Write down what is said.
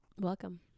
welcome